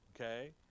okay